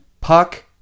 Puck